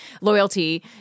loyalty